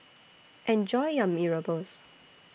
Enjoy your Mee Rebus